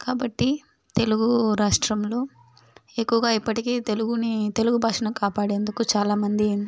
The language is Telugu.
కాబట్టి తెలుగు రాష్ట్రంలో ఎక్కువగా ఇప్పటికీ తెలుగుని తెలుగుభాషని కాపాడేందుకు చాలామంది